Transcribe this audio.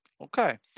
okay